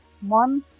One